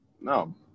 no